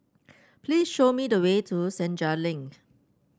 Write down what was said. please show me the way to Senja Link